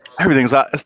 everything's